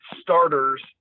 starters